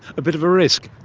a bit of a risk.